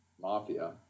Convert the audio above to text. mafia